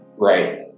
Right